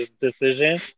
decision